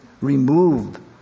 removed